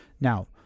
Now